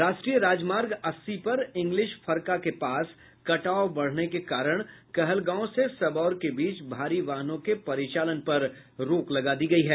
राष्ट्रीय राजमार्ग अस्सी पर इंग्लिश फरका के पास कटाव बढ़ने के कारण कहलगांव से सबौर के बीच भारी वाहनों के परिचालन पर रोक लगा दी गयी है